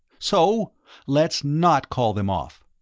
so let's not call them off.